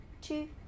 two